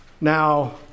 Now